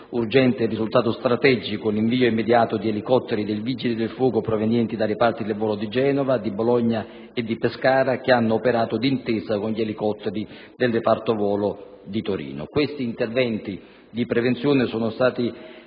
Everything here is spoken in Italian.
urgente è risultato strategico l'invio immediato di elicotteri dei Vigili del fuoco provenienti dai reparti volo di Genova, di Bologna e di Pescara, che hanno operato d'intesa con gli elicotteri del reparto volo di Torino. Questi interventi di prevenzione sono stati